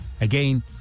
again